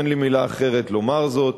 אין לי מלה אחרת לומר זאת.